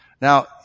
Now